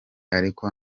ariko